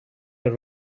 for